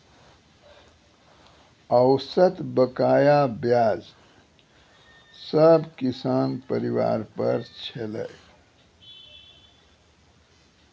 औसत बकाया ब्याज सब किसान परिवार पर छलै